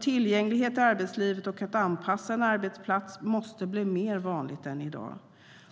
Tillgänglighet i arbetslivet och anpassning av arbetsplatser måste bli mer vanligt än i dag.